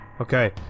Okay